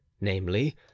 namely